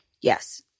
Yes